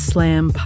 Slam